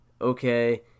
okay